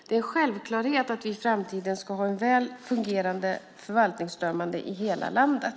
Det är en självklarhet att vi i framtiden ska ha ett väl fungerande förvaltningsdömande i hela landet.